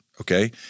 Okay